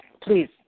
Please